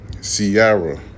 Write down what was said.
Sierra